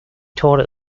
taught